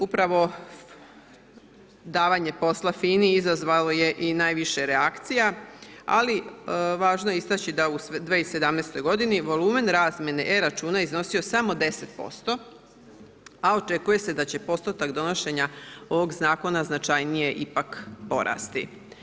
Upravo davanje posla FINA-i izazvao je i najviše reakcija, ali važno je istaći da u 2017. godini volumen razmjene e računa iznosio samo 10%, a očekuje se da će postotak donošenja ovog zakona značajnije ipak porasti.